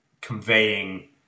conveying